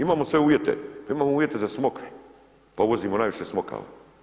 Imamo sve uvjete, imamo uvjete za smokve pa uvozimo najviše smokava.